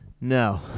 No